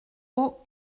haut